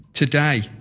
Today